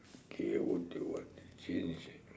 okay what they what they change eh